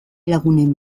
lagunen